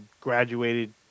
graduated